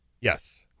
Yes